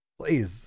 Please